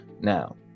now